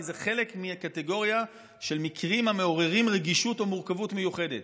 כי זה חלק מהקטגוריה של מקרים המעוררים רגישות ומורכבות מיוחדת.